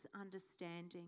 understanding